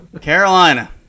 Carolina